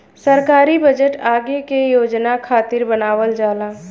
सरकारी बजट आगे के योजना खातिर बनावल जाला